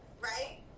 right